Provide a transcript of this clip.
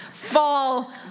fall